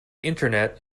internet